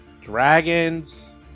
dragons